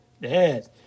yes